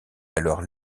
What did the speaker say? alors